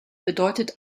bedeutet